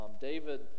David